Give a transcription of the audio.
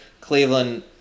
Cleveland